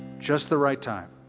just the right time.